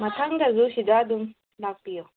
ꯃꯊꯪꯗꯁꯨ ꯁꯤꯗ ꯑꯗꯨꯝ ꯂꯥꯛꯄꯤꯌꯣ